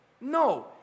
No